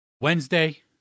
Wednesday